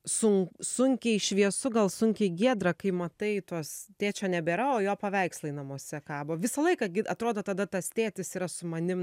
sun sunkiai šviesu gal sunkiai giedra kai matai tuos tėčio nebėra o jo paveikslai namuose kabo visą laiką gi atrodo tada tas tėtis yra su manim